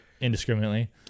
indiscriminately